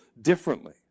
differently